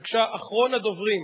בבקשה, אחרון הדוברים.